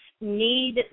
need